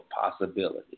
possibility